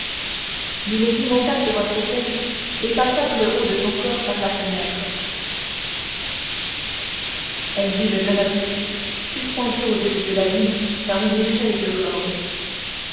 monta sur un fauteuil et passa tout le haut de son corps par la fenêtre elle vit le jeune officier suspendu au-dessus de l'abîme par une échelle de corde